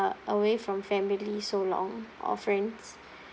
away from family so long or friends